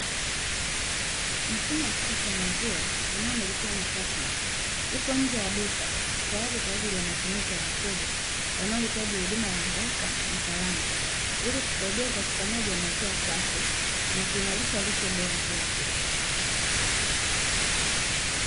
Mashine ya kisasa ya maziwa inayomilikiwa na "Tasmat", ipo nje ya duka tayari kwa ajili ya matumizi ya wateja wanaohitaji huduma ya haraka na salama, ili kusaidia upatikanaji wa maziwa safi, na kuimarisha lishe bora kila siku.